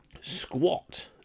squat